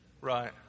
Right